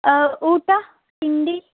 ಊಟ ತಿಂಡಿ